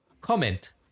comment